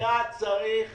אין לנו ברירה, צריך